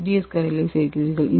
S கரைசலைச் சேர்க்கிறீர்கள்